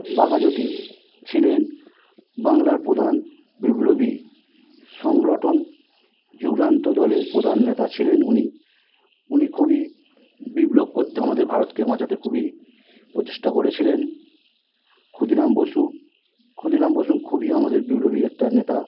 বাঘাযতীন ছিলেন বাংলার প্রধান বিপ্লবী সংগঠন যুগান্তর দলের প্রধান নেতা ছিলেন উনি উনি খুবই বিপ্লব করতে আমাদের ভারতকে বাঁচাতে খুবই প্রচেষ্টা করেছিলেন ক্ষুদিরাম বসু ক্ষুদিরাম বসু খুবই আমাদের বিপ্লবী একটা নেতা